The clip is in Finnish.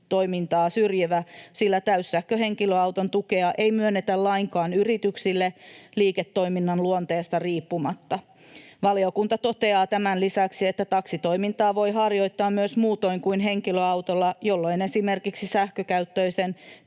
taksiliiketoimintaa syrjivä, sillä täyssähköhenkilöauton tukea ei myönnetä lainkaan yrityksille liiketoiminnan luonteesta riippumatta. Valiokunta toteaa tämän lisäksi, että taksitoimintaa voi harjoittaa myös muutoin kuin henkilöautolla, jolloin esimerkiksi sähkökäyttöisen